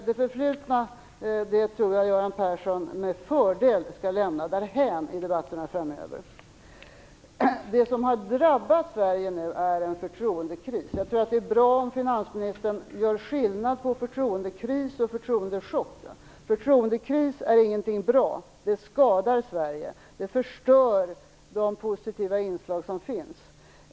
Det förflutna tror jag alltså att Göran Persson med fördel kan lämna därhän i debatterna framöver. Det som nu har drabbat Sverige är en förtroendekris. Jag tror att det är bra om finansministern skiljer mellan förtroendekris och förtroendechock. En förtroendekris är ingenting bra - den skadar Sverige och förstör de positiva inslag som finns.